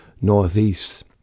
northeast